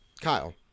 Kyle